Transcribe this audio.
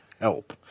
help